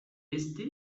éste